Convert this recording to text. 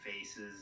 faces